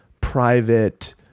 private